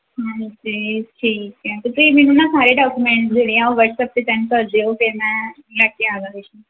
ਹਾਂਜੀ ਠੀਕ ਹੈ ਤੁਸੀਂ ਮੈਨੂੰ ਨਾ ਸਾਰੇ ਡਾਕੂਮੈਂਟ ਜਿਹੜੇ ਆ ਉਹ ਵਟਸਐਪ ਅਤੇ ਸੈਂਡ ਕਰ ਦਿਓ ਅਤੇ ਮੈਂ ਲੈ ਕੇ ਆਉਂਦਾ